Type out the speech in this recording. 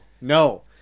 No